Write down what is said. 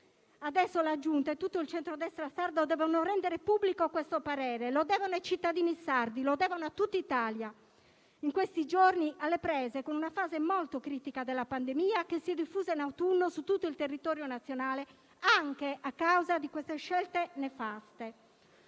Adesso la Giunta e tutto il centrodestra sardo devono rendere pubblico questo parere; lo devono ai cittadini sardi e a tutta l'Italia, in questi giorni alle prese con una fase molto critica della pandemia che si è diffusa in autunno su tutto il territorio nazionale anche a causa di queste scelte nefaste.